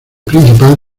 principal